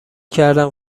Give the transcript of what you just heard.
کردم